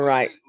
Right